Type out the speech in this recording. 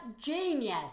genius